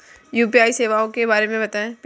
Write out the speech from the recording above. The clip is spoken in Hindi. यू.पी.आई सेवाओं के बारे में बताएँ?